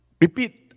Repeat